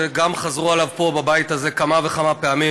שגם חזרו עליו פה בבית הזה כמה וכמה פעמים,